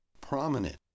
prominent